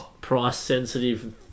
price-sensitive